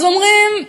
אז אומרים: